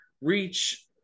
reach